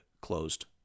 closed